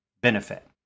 benefit